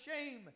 shame